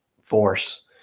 force